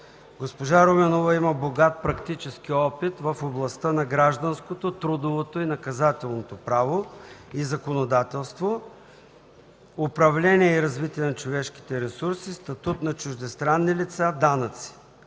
Госпожа Руменова има богат практически опит в областта на гражданското, трудовото и наказателното право и законодателство, управление и развитие на човешките ресурси, статут на чуждестранни лица, данъци.